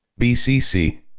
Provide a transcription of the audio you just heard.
BCC